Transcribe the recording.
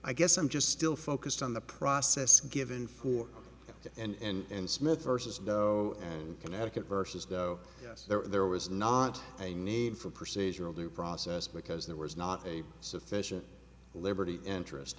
i guess i'm just still focused on the process given for the end smith versus no and connecticut versus the oh yes there was not a need for procedural due process because there was not a sufficient liberty interest